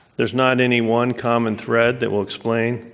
there's not any one common thread that will explain.